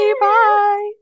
Bye